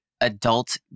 adult